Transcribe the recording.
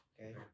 Okay